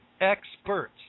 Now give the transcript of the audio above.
experts